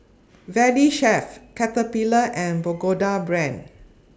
Valley Chef Caterpillar and Pagoda Brand